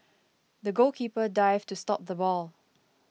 the goalkeeper dived to stop the ball